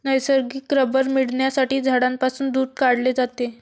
नैसर्गिक रबर मिळविण्यासाठी झाडांपासून दूध काढले जाते